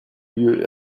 lieu